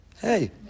Hey